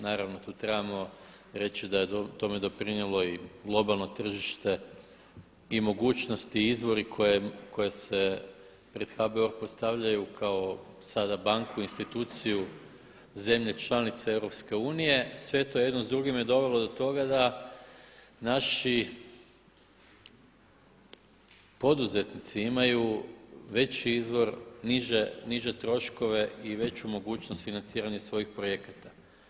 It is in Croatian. Naravno tu trebamo reći da je tome doprinijelo globalno tržište i mogućnosti i izvori koji se pred HBOR podstavljaju kao sada banku, instituciju zemlje članice EU, sve to jedno s drugim je dovelo do toga da naši poduzetnici imaju veći izvor, niže troškove i veću mogućnost financiranja svojih projekata.